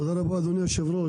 תודה רבה אדוני היושב-ראש,